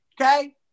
okay